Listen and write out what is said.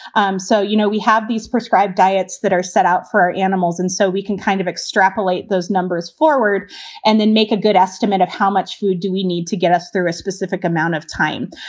um so, you know, we have these prescribed diets that are set out for our animals. and so we can kind of extrapolate those numbers forward and then make a good estimate of how much food do we need to get us through a specific amount of time.